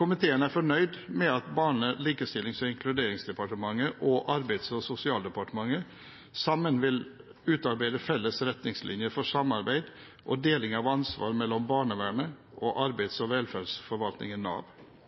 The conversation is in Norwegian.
Komiteen er fornøyd med at Barne-, likestillings- og inkluderingsdepartementet og Arbeids- og sosialdepartementet sammen vil utarbeide felles retningslinjer for samarbeid og deling av ansvar mellom barnevernet og arbeids- og velferdsforvaltningen, Nav.